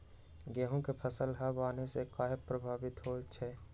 गेंहू के फसल हव आने से काहे पभवित होई छई?